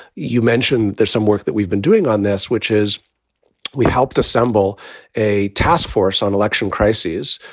you mentioned there's some work that we've been doing on this, which is we helped assemble a task force on election crises